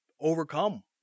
overcome